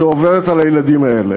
שעוברות על הילדים האלה.